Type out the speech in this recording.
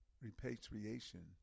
repatriation